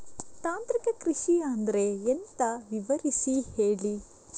ತಾಂತ್ರಿಕ ಕೃಷಿ ಅಂದ್ರೆ ಎಂತ ವಿವರಿಸಿ ಹೇಳಿ